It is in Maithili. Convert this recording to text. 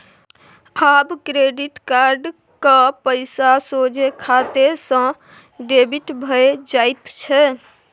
आब क्रेडिट कार्ड क पैसा सोझे खाते सँ डेबिट भए जाइत छै